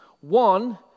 One